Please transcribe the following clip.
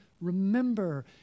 remember